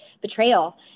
betrayal